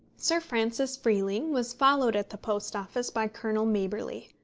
sir francis freeling was followed at the post office by colonel maberly,